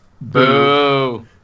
Boo